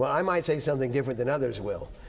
will. i might say something different than others will.